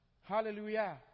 Hallelujah